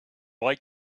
like